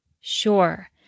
Sure